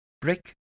Brick